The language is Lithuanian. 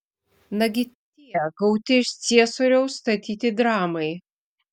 nagi tie gauti iš ciesoriaus statyti dramai